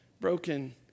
broken